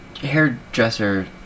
hairdresser